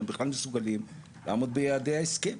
הם בכלל מסוגלים לעמוד ביעדי ההסכם?